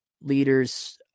leaders